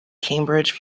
cambridge